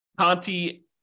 Conti